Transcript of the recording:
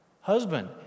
Husband